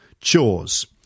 chores